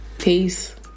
Peace